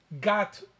got